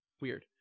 weird